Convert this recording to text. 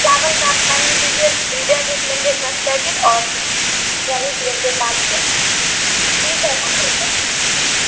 चावल का आप फाइनल कीजिए इंडिया गेट लेंगे दस पैकिट और रहीस लेंगे पाँच पैकिट ठीक है ना रख रहें